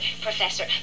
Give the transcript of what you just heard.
Professor